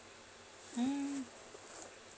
mm